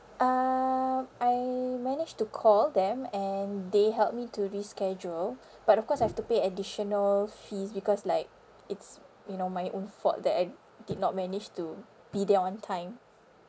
uh I managed to call them and they helped me to reschedule but of course I've to pay additional fees because like it's you know my own fault that I did not manage to be there on time